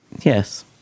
Yes